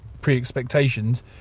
pre-expectations